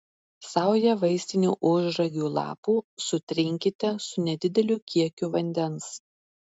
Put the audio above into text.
saują vaistinių ožragių lapų sutrinkite su nedideliu kiekiu vandens